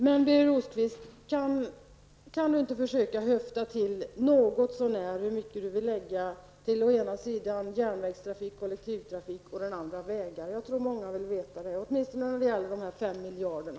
Skulle inte Birger Rosqvist kunna höfta till något så när hur mycket han vill satsa å ena sidan på järnvägstrafik och kollektivtrafik och å andra sidan på vägar. Jag tror att många vill veta det, åtminstone när det gäller de 5 miljarderna.